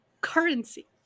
currency